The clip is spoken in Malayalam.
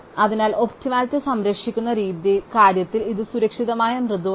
അതിനാൽ ഒപ്റ്റിമലിറ്റി സംരക്ഷിക്കുന്ന കാര്യത്തിൽ ഇത് സുരക്ഷിതമായ മൃദുവാണ്